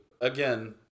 again